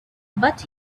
but